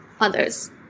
others